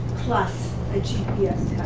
plus a gps